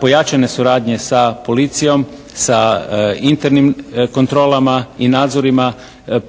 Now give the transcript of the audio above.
pojačane suradnje sa policijom, sa internim kontrolama i nadzorima